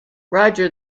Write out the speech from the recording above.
roger